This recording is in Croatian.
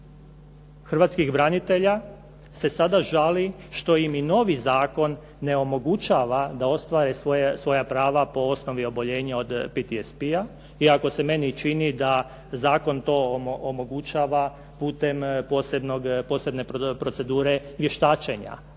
hrvatskih branitelja se sada žali što im i novi zakon ne omogućava da ostvare svoja prava po osnovi oboljenja od PTSP-ja, iako se meni čini da zakon to omogućava putem posebne procedure vještačenja